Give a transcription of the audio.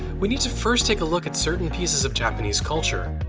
we need to first take a look at certain pieces of japanese culture.